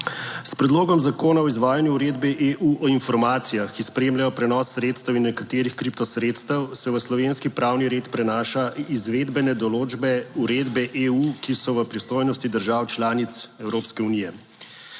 S predlogom zakona o izvajanju uredbe EU o informacijah, ki spremljajo prenos sredstev in nekaterih kriptosredstev, se v slovenski pravni red prenaša izvedbene določbe uredbe EU, ki so v pristojnosti držav članic Evropske unije.